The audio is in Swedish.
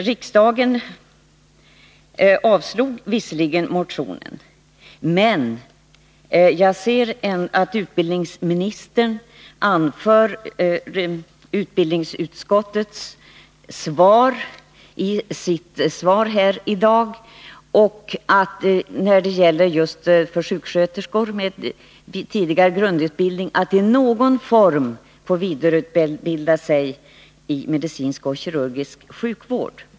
Riksdagen avslog visserligen vår motion, men jag noterar att utbildningsministern anknyter till utbildningsutskottets skrivning i sitt svar i dag, när han säger att sjuksköterskor med tidigare grundutbildning måste få möjligheter att i någon form vidareutbilda sig i kirurgisk och medicinsk sjukvård.